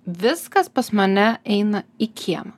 viskas pas mane eina į kiemą